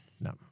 no